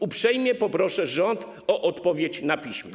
Uprzejmie proszę rząd o odpowiedź na piśmie.